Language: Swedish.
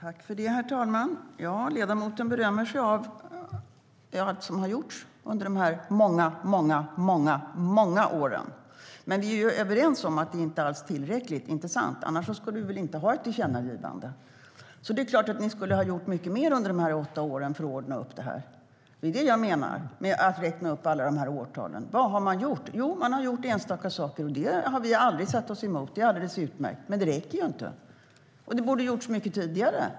Herr ålderspresident! Ledamoten berömmer sig för allt som har gjorts under de många åren. Men vi är överens om att det inte alls är tillräckligt. Inte sant, Anders Hansson? Annars skulle vi väl inte ha ett tillkännagivande. Det är klart att ni skulle ha gjort mycket mer under de åtta åren för att ordna upp det. Det var det jag menade med att räkna upp alla årtal. Vad har ni gjort? Jo, ni har gjort enstaka saker. Och det har vi aldrig satt oss emot. Det är alldeles utmärkt. Men det räcker inte. Och det borde ha gjorts mycket tidigare.